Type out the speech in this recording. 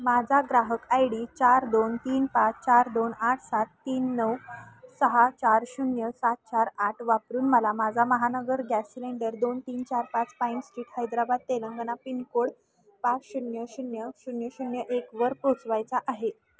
माझा ग्राहक I D चार दोन तीन पाच चार दोन आठ सात तीन नऊ सहा चार शून्य सात चार आठ वापरून मला माझा महानगर गॅस सिलेंडर दोन तीन चार पाच Pine Street Hyderabad Telangana pin code पाच शून्य शून्य शून्य शून्य एकवर पोचवायचा आहे